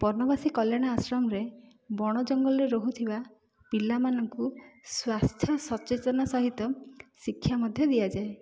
ବନବାସୀ କଲ୍ୟାଣ ଆଶ୍ରମରେ ବଣ ଜଙ୍ଗଲରେ ରହୁଥିବା ପିଲାମାନଙ୍କୁ ସ୍ୱାସ୍ଥ୍ୟ ସଚେତନ ସହିତ ଶିକ୍ଷା ମଧ୍ୟ ଦିଆଯାଏ